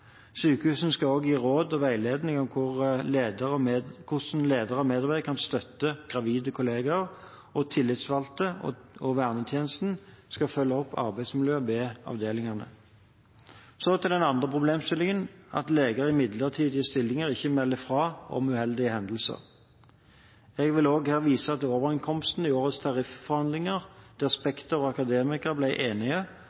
Sykehusene skal også gi råd og veiledning om hvordan ledere og medarbeidere kan støtte gravide kolleger, og tillitsvalgte og vernetjenesten skal følge opp arbeidsmiljøet ved avdelingene. Så til den andre problemstillingen, at leger i midlertidige stillinger ikke melder fra om uheldige hendelser. Jeg vil også her vise til overenskomsten i årets tarifforhandlinger der